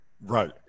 Right